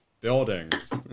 Buildings